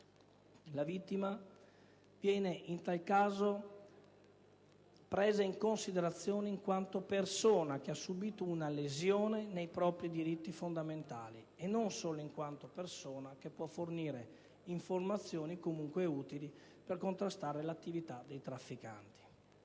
La vittima viene in tal caso presa in considerazione in quanto persona che ha subito una lesione nei propri diritti fondamentali e non solo in quanto persona che può fornire informazioni utili per contrastare l'attività dei trafficanti.